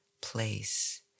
place